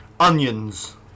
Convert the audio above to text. onions